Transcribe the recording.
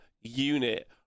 unit